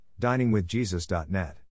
DiningWithJesus.net